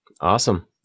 Awesome